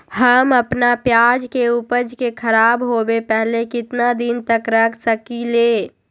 हम अपना प्याज के ऊपज के खराब होबे पहले कितना दिन तक रख सकीं ले?